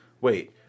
Wait